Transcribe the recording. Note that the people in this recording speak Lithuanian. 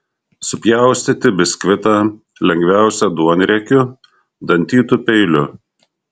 supjaustyti biskvitą lengviausia duonriekiu dantytu peiliu